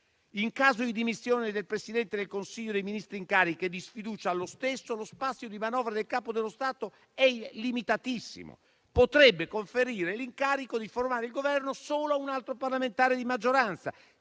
In caso di dimissioni del Presidente del Consiglio dei ministri in carica e di sfiducia allo stesso, lo spazio di manovra del Capo dello Stato è limitatissimo; potrebbe conferire infatti l'incarico di formare il Governo solo a un altro parlamentare di maggioranza